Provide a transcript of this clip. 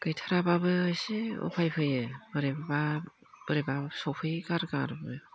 गैथाराबाबो एसे उफाय फैयो बोरैबाबा बोरैबा सफैगारगारोबो